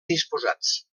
disposats